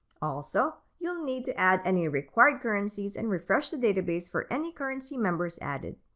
also, you'll need to add any required currencies and refresh the database for any currency members added.